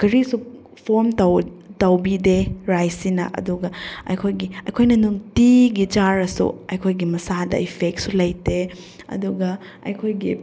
ꯀꯔꯤꯁꯨ ꯐꯣꯝ ꯇꯧ ꯇꯧꯕꯤꯗꯦ ꯔꯥꯏꯁꯁꯤꯅ ꯑꯗꯨꯒ ꯑꯩꯈꯣꯏꯒꯤ ꯑꯩꯈꯣꯏꯅ ꯅꯨꯡꯇꯤꯒꯤ ꯆꯥꯔꯁꯨ ꯑꯩꯈꯣꯏꯒꯤ ꯃꯁꯥꯗ ꯏꯐꯦꯛꯁꯨ ꯂꯩꯇꯦ ꯑꯗꯨꯒ ꯑꯩꯈꯣꯏꯒꯤ